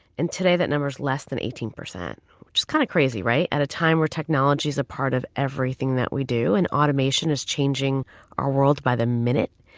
and today that number is less than eighteen percent. it's kind of crazy, right? at a time where technology is a part of everything that we do and automation is changing our world by the minute,